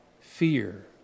fear